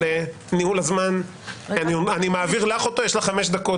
יש לך חמש דקות.